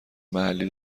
محلی